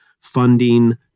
funding